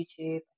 youtube